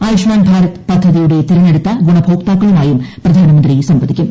ആയുഷ്മാൻ ഭാരത് പദ്ധതിയുടെ തിരഞ്ഞെടുത്ത ഗുണഭോക്താക്കളുമായും പ്രധാനമന്ത്രി സംവദിക്കും